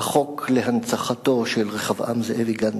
היה החוק להנצחת זכרו של רחבעם זאבי גנדי.